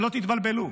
שלא תתבלבלו.